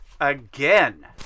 again